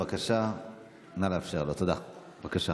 נא לאפשר לו, בבקשה.